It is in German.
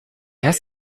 heißt